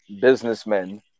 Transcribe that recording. businessmen